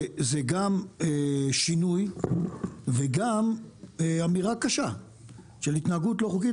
זה גם שינוי וגם אמירה קשה של התנהגות לא חוקית,